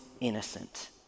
innocent